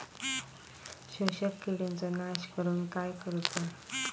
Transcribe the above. शोषक किडींचो नाश करूक काय करुचा?